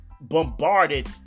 bombarded